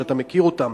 שאתה מכיר אותן,